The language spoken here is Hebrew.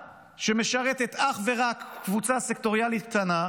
שמשרתת אך ורק קבוצה סקטוריאלית קטנה,